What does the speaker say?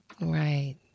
Right